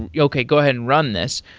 and okay, go ahead and run this.